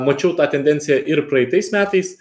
mačiau tą tendenciją ir praeitais metais